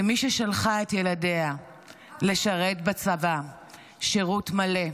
כמי ששלחה את ילדיה לשרת בצבא שירות מלא,